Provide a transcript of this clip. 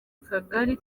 kagali